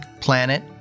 Planet